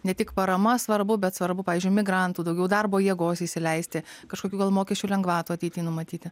ne tik parama svarbu bet svarbu pavyzdžiui migrantų daugiau darbo jėgos įsileisti kažkokių gal mokesčių lengvatų ateity numatyti